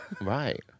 Right